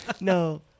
No